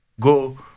go